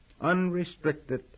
unrestricted